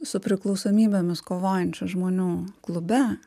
su priklausomybėmis kovojančių žmonių klube